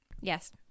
Yes